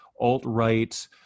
alt-right